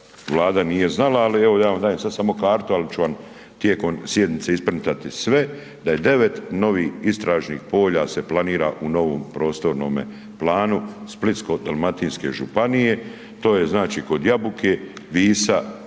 Vlada nije znala, ali evo ja vam dajem sada samo kartu, ali ću vam tijekom sjednice isprintati sve da je devet novih istražnih polja se planira u novom prostornom planu Splitsko-dalmatinske županije, to je znači kod Jabuke Visa,